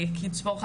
כלומר,